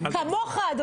כמוך אדוני?